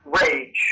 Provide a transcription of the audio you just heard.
rage